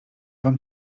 wam